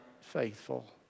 faithful